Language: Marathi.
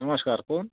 नमश्कार कोण